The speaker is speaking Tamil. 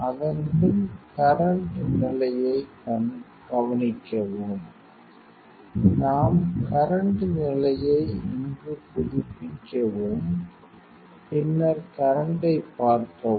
அதன்பின் கரண்ட் நிலையைக் கவனிக்கவும் நாம் கரண்ட் நிலையை இங்கு புதுப்பிக்கவும் பின்னர் கரண்ட் ஐ பார்க்கவும்